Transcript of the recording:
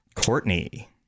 Courtney